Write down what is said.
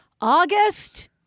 August